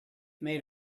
made